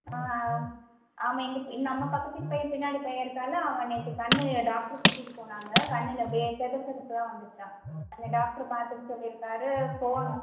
ஆமாம் எங்கள் நம்ம பக்கத்து வீட்டு பையன் பின்னாடி பையன் இருக்கான்லே அவன் நேற்று கண் டாக்டர் கூட்டிகிட்டுப் போனாங்க கண்ணில் அப்படியே செக சிகப்பா வந்துடுச்சாம் அந்த டாக்டர் பார்த்துட்டு சொல்லியிருக்காரு ஃபோனு